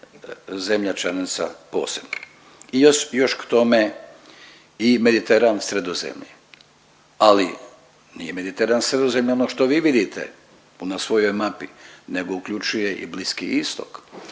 zemlja čelnica posebno i još k tome i Mediteran Sredozemlje, ali nije Mediteran Sredozemlje ono što vi vidite u svojoj mapi nego uključuje i Bliski Istok,